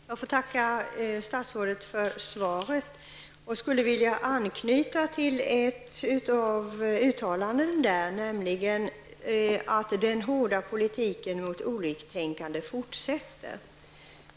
Herr talman! Jag får tacka statsrådet för svaret. Jag skulle vilja anknyta till ett av uttalandena i svaret, nämligen att den hårda politiken mot oliktänkande fortsätter.